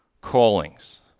callings